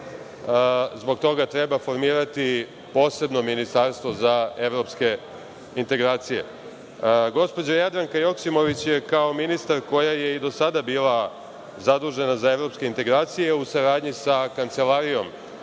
zbog toga treba formirati posebno ministarstvo za evropske integracije. Gospođa Jadranka Joksimović je kao ministar, koja je i do sada bila zadužena za evropske integracije u saradnji sa Kancelarijom